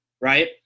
right